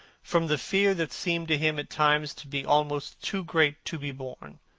from the fear that seemed to him at times to be almost too great to be borne.